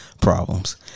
problems